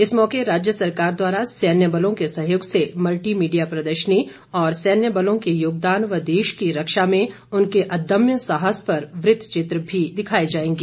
इस मौके राज्य सरकार द्वारा सैन्य बलों के सहयोग से मल्टी मीडिया प्रदर्शनी और सैन्य बलों के योगदान व देश की रक्षा में उनके अदम्य साहस पर वृत चित्र भी दिखाए जाएंगे